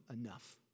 enough